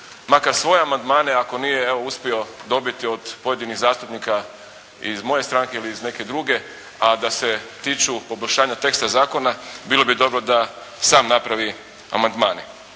makar svoje amandmane ako nije evo uspio dobiti od pojedinih zastupnika iz moje stranke ili iz neke druge, a da se tiču poboljšanja teksta zakona bilo bi dobro da sam napravi amandmane,